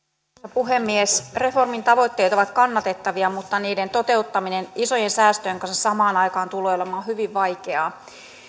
puhemies reformin tavoitteet ovat kannatettavia mutta niiden toteuttaminen isojen säästöjen kanssa samaan aikaan tulee olemaan hyvin vaikeaa